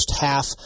half